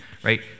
right